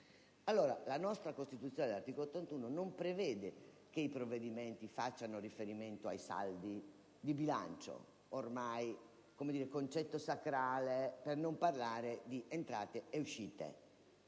la nostra Costituzione all'articolo 81 non prevede che i provvedimenti facciano riferimento ai saldi di bilancio, ormai concetto sacrale, per non parlare di entrate e di uscite.